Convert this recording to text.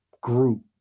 group